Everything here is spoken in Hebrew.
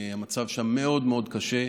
המצב שם מאוד מאוד קשה.